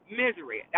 misery